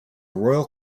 royal